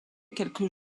quelques